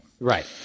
Right